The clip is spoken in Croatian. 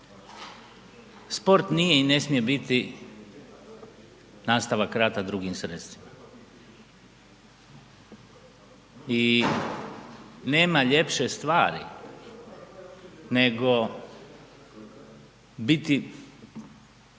Sport nije i ne smije biti nastavak rata drugim sredstvima i nema ljepše stvari nego biti